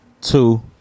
two